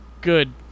Good